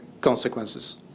consequences